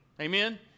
Amen